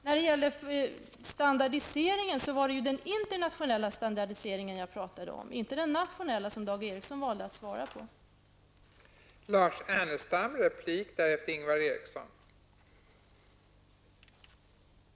När det gäller standardiseringen var det ju den internationella standardiseringen jag talade om, inte den nationella, som Dag Ericson valde att tala om när han svarade.